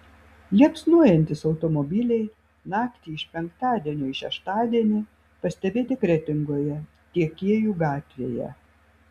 liepsnojantys automobiliai naktį iš penktadienio į šeštadienį pastebėti kretingoje tiekėjų gatvėje